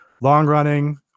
long-running